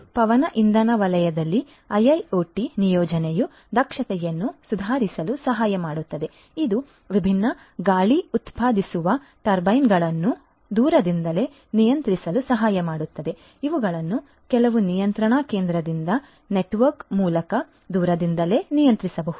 ಪವನ ಇಂಧನ ವಲಯದಲ್ಲಿ ಐಐಒಟಿ ನಿಯೋಜನೆಯು ದಕ್ಷತೆಯನ್ನು ಸುಧಾರಿಸಲು ಸಹಾಯ ಮಾಡುತ್ತದೆ ಇದು ವಿಭಿನ್ನ ಗಾಳಿ ಉತ್ಪಾದಿಸುವ ಟರ್ಬೈನ್ಗಳನ್ನು ದೂರದಿಂದಲೇ ನಿಯಂತ್ರಿಸಲು ಸಹಾಯ ಮಾಡುತ್ತದೆ ಇವುಗಳನ್ನು ಕೆಲವು ನಿಯಂತ್ರಣ ಕೇಂದ್ರದಿಂದ ನೆಟ್ವರ್ಕ್ ಮೂಲಕ ದೂರದಿಂದಲೇ ನಿಯಂತ್ರಿಸಬಹುದು